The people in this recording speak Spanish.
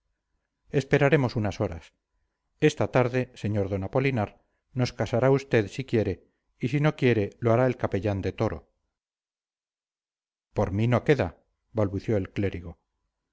esperaremos unas horas esta tarde sr d apolinar nos casará usted si quiere y si no quiere lo hará el capellán de toro por mí no queda balbució el clérigo